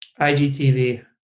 IGTV